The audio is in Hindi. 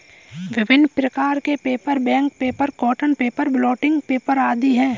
विभिन्न प्रकार के paper, bank paper, cotton paper, blotting paper आदि हैं